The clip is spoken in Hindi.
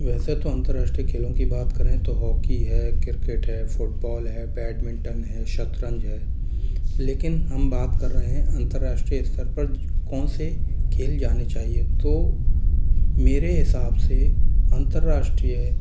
वैसे तो अन्तर्राष्ट्रीय खेलों की बात करें तो हॉकी है क्रिकेट है फुटबॉल है बैटमिंटन है शतरंज है लेकिन हम बात कर रहे हैं अन्तर्राष्ट्रीय स्तर पर कौन से खेल जाने चाहिए तो मेरे हिसाब से अन्तर्राष्ट्रीय